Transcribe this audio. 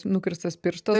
nukirstas pirštas